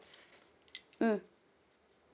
mm